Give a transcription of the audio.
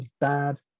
bad